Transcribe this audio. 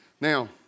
Now